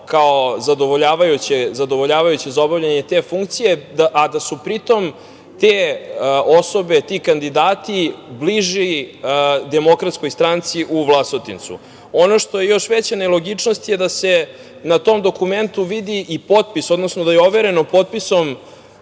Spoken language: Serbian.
kao zadovoljavajuće za obavljanje te funkcije, a da su pri tom te osobe, ti kandidati, bliži Demokratskoj stranci u Vlasotincu. Ono što je još veća nelogičnost je da se na tom dokumentu vidi i potpis, odnosno da je overeno potpisom